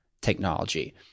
technology